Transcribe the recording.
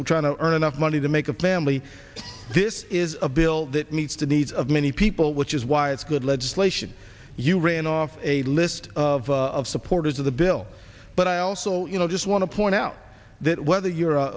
we're trying to earn enough money to make a plan really this is a bill that meets the needs of many people which is why it's good legislation you ran off a list of supporters of the bill but i also you know i just want to point out that whether you're a